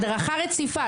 הדרכה רציפה,